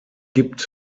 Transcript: gibt